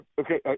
Okay